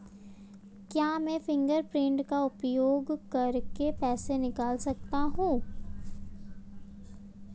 क्या मैं फ़िंगरप्रिंट का उपयोग करके पैसे निकाल सकता हूँ?